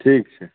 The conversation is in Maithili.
ठीक छै